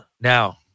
Now